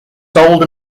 sold